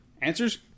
Answers